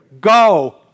Go